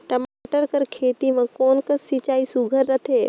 टमाटर कर खेती म कोन कस सिंचाई सुघ्घर रथे?